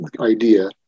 idea